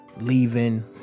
leaving